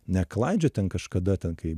neklaidžiot ten kažkada ten kai